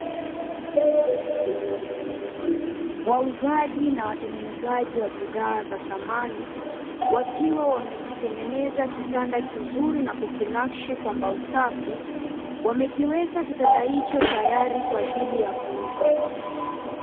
Wauzaji na watengenezaji wa bidhaa za thamani wakiwa wamekitengeneza kitanda kizuri na kukinakshi kwa mbao safi. Wamekiweka kitanda hicho tayari kwa ajili ya kuuzwa.